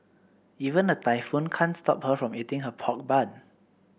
even a typhoon can't stop her from eating her pork bun